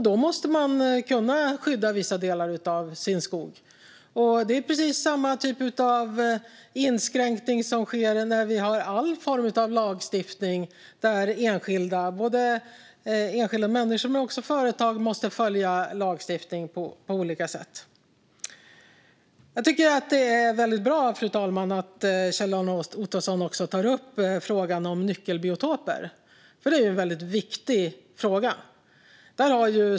Då måste man kunna skydda vissa delar av sin skog, och det är precis samma typ av inskränkning som i all form av lagstiftning där såväl enskilda människor som företag måste följa lagen på olika sätt. Jag tycker att det är väldigt bra att Kjell-Arne Ottosson tar upp frågan om nyckelbiotoper, fru talman, för det är en väldigt viktig fråga.